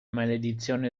maledizione